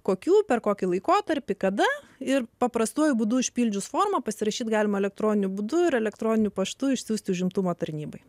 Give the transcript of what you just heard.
kokių per kokį laikotarpį kada ir paprastuoju būdu užpildžius formą pasirašyti galima elektroniniu būdu ir elektroniniu paštu išsiųsti užimtumo tarnybai